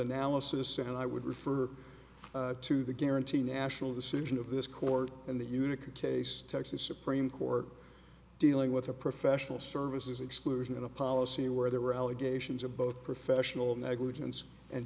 analysis and i would refer to the guarantee national decision of this court in the unique case texas supreme court dealing with a professional services exclusion in a policy where there were allegations of both professional negligence and